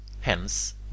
hence